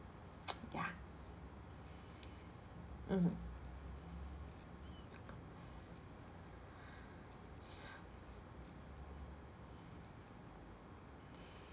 ya mmhmm